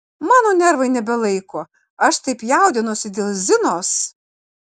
mano nervai nebelaiko aš taip jaudinuosi dėl zinos